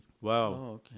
Wow